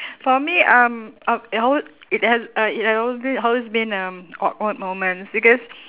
for me um um it al~ it has uh it ha~ always been always been um awkward moments because